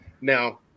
Now